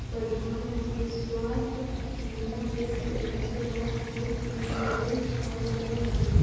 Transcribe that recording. प्रधानमंत्री स्वास्थ्य बीमा देश के सबसे बड़ा हेल्थ इंश्योरेंस कार्यक्रम हई